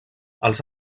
els